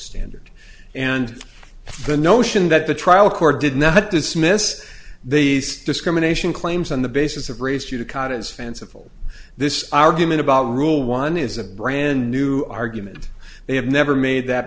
entered and the notion that the trial court did not dismiss these discrimination claims on the basis of race you to cut is fanciful this argument about rule one is a brand new argument they have never made that